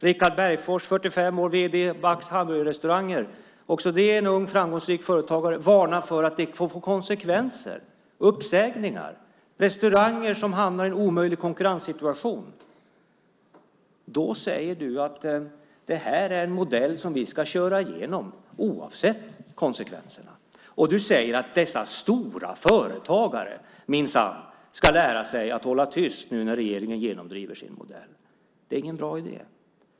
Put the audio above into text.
Richard Bergfors, 45 år och vd för Max Hamburgerrestauranger är också en ung framgångsrik företagare. Han varnar för att det får konsekvenser i form av uppsägningar. Detta är restauranger som hamnar i en omöjlig konkurrenssituation. Då säger finansministern att det här är en modell som vi ska köra igenom oavsett konsekvenserna. Han säger att dessa stora företagare minsann ska lära sig att hålla tyst nu när regeringen genomdriver sin modell. Det är ingen bra idé.